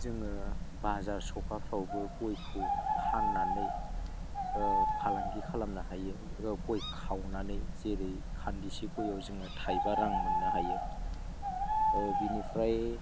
जोङो बाजार सफाफ्रावबो गयखौ फाननानै फालांगि खालामनो हायो गय खावनानै जेरै खान्दिसे गयआव जोङो थाइबा रां मोननो हायो बिनिफ्राय